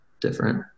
different